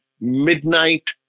Midnight